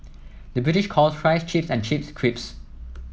the British calls fries chips and chips crisps